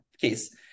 case